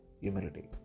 humility